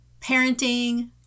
parenting